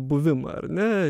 buvimą ar ne